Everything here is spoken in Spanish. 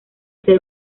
ser